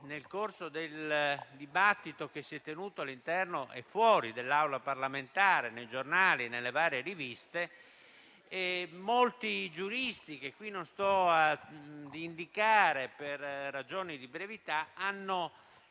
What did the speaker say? e del dibattito che si è tenuto all'interno e fuori dalle Aule parlamentari, nei giornali e nelle varie riviste, molti giuristi, che qui non sto ad indicare per ragioni di brevità, hanno